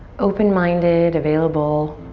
open-minded, available